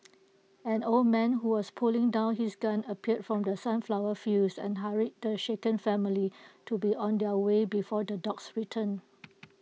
an old man who was putting down his gun appeared from the sunflower fields and hurried the shaken family to be on their way before the dogs return